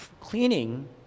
Cleaning